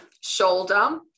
Shoulder